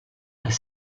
est